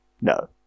No